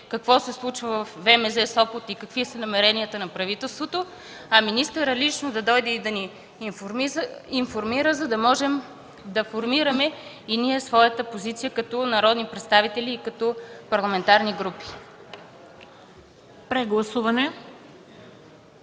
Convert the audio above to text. какво се случва във ВМЗ – Сопот, и какви са намеренията на правителството, а министърът лично да дойде и да ни информира, за да можем да формираме и ние своята позиция като народни представители и като парламентарни групи. ПРЕДСЕДАТЕЛ